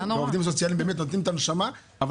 העובדים הסוציאליים באמת נותנים את הנשמה אבל